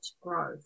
growth